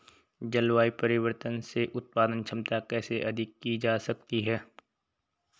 जलवायु परिवर्तन से उत्पादन क्षमता कैसे अधिक की जा सकती है?